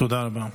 תודה רבה.